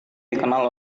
dikenal